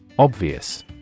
Obvious